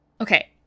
Okay